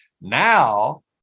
Now